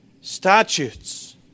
Statutes